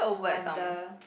no wonder